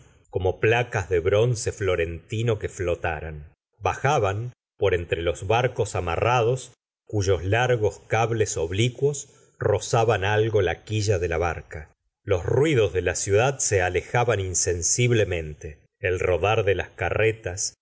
como placas de bronce florentino que flotaran bajaban por entre los barcos amarrados cuyos largos cables oblicuos rozaban algo la quilla de la barca los ruidos de la ciudad se alejaban insensible mente el rodar de las c arretas